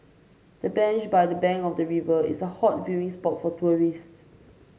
the bench by the bank of the river is a hot viewing spot for tourists